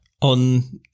On